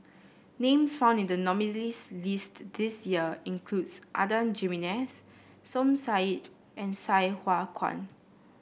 names found in the nominees' list this year include Adan Jimenez Som Said and Sai Hua Kuan